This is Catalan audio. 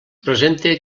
presente